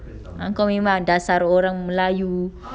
ah kau memang dasar orang melayu